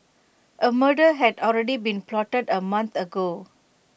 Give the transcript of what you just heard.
A murder had already been plotted A month ago